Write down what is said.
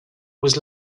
was